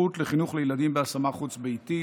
הזכות לחינוך לילדים בהשמה חוץ-ביתית),